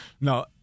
No